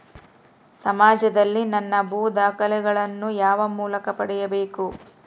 ಸಮಾಜದಲ್ಲಿ ನನ್ನ ಭೂ ದಾಖಲೆಗಳನ್ನು ಯಾವ ಮೂಲಕ ಪಡೆಯಬೇಕು?